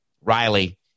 Riley